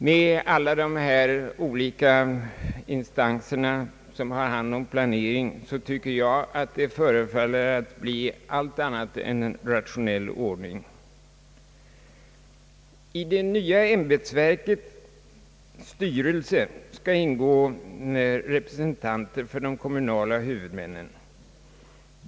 Med alla dessa olika instanser, som har hand om planering, tycker jag att det förefaller bli en allt annat än en rationell ordning. I det nya ämbetsverkets styrelse skall ingå representanter för de kommunala huvudmännen.